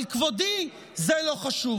על כבודי, זה לא חשוב.